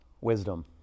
wisdom